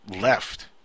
left